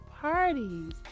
parties